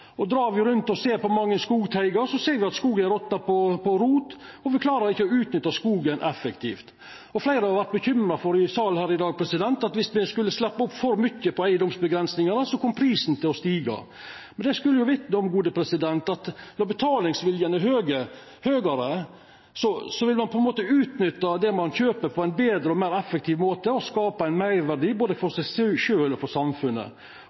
arbeidsplassar. Dreg me rundt og ser på mange skogteigar, ser me at skogen ròtnar på rot, og me klarer ikkje å utnytta skogen effektivt. Fleire i salen her i dag har vore bekymra for at viss me skulle sleppa opp for mykje på eigedomsavgrensingane, så kom prisen til å stiga. Men det skulle jo vitna om at når betalingsviljen er høgare, vil ein utnytta det ein kjøper, på ein betre og meir effektiv måte og skapa ein meirverdi både for seg sjølv og for samfunnet.